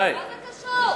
מה זה קשור?